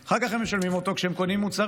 אחר כך הם משלמים אותו כשהם קונים מוצרים,